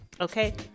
okay